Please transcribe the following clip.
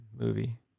movie